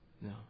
No